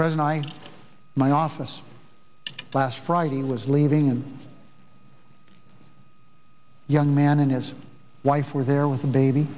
present i my office last friday was leaving and a young man and his wife were there with a baby